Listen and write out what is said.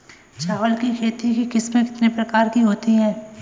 चावल की खेती की किस्में कितने प्रकार की होती हैं?